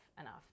enough